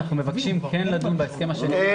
אנחנו כן מבקשים לדון בהסכם השני.